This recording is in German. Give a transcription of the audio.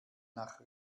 nach